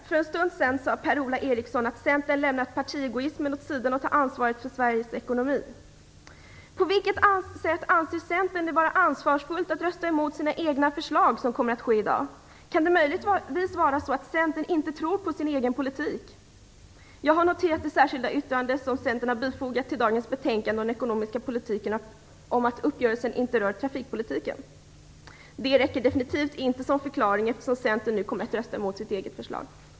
För en stund sedan sade Per-Ola Eriksson att Centern har lämnat partiegoismen åt sidan och tar ansvar för Sveriges ekonomi. På vilket sätt anser Centern det vara ansvarsfullt att, som man kommer att göra i dag, rösta emot sina egna förslag? Kan det möjligtvis vara så att Centern inte tror på sin egen politik? Jag har noterat det särskilda yttrande som Centern har fogat till dagens betänkande om den ekonomiska politiken om att uppgörelsen inte rör trafikpolitiken. Det räcker definitivt inte som förklaring, eftersom Centern nu kommer att rösta emot sitt eget förslag.